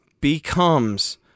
becomes